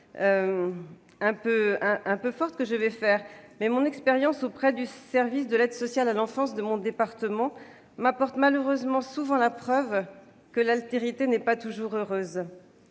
un peu forte, mais mon expérience auprès du service de l'aide sociale à l'enfance de mon département m'apporte malheureusement souvent la preuve que l'altérité n'est pas toujours heureuse.